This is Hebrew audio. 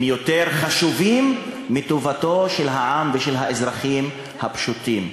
יותר חשובה מטובתם של העם ושל האזרחים הפשוטים?